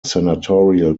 senatorial